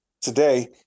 Today